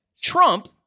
Trump